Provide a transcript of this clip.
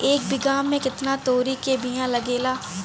एक बिगहा में केतना तोरी के बिया लागेला?